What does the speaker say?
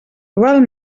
val